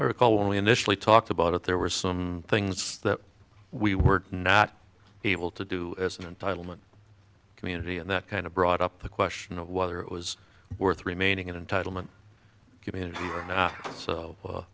article only initially talked about it there were some things that we were not able to do as an entitlement community and that kind of brought up the question of whether it was worth remaining in entitlement community